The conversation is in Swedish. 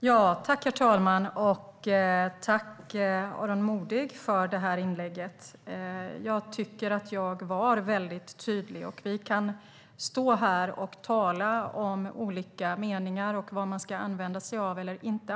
Herr talman! Tack, Aron Modig, för inlägget! Jag tycker att jag var väldigt tydlig. Vi kan stå här och tala om olika meningar och om vad man ska använda eller inte.